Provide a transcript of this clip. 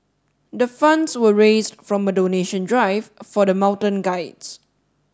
the funds were raised from a donation drive for the mountain guides